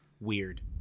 weird